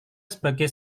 sebagai